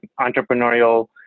entrepreneurial